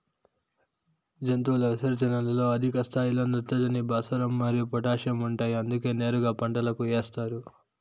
జంతువుల విసర్జనలలో అధిక స్థాయిలో నత్రజని, భాస్వరం మరియు పొటాషియం ఉంటాయి అందుకే నేరుగా పంటలకు ఏస్తారు